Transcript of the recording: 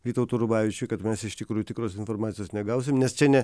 vytautui rubavičiui kad mes iš tikrųjų tikros informacijos negausim nes čia ne